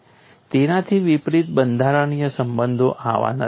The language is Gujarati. તેનાથી વિપરીત બંધારણીય સંબંધો આવા નથી હોતા